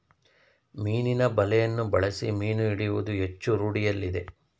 ಮೀನಿನ ಬಲೆಯನ್ನು ಬಳಸಿ ಮೀನು ಹಿಡಿಯುವುದು ಹೆಚ್ಚು ರೂಢಿಯಲ್ಲಿದೆ